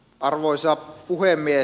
arvoisa puhemies